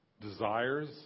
desires